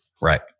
Right